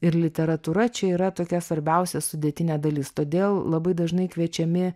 ir literatūra čia yra tokia svarbiausia sudėtinė dalis todėl labai dažnai kviečiami